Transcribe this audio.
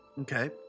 okay